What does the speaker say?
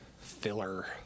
filler